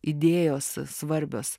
idėjos svarbios